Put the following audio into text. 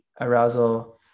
arousal